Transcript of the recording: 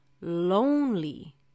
lonely